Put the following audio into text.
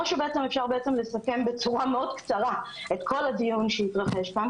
שאפשר לסכם בצורה מאוד קצרה את כל הדיון שהתרחש כאן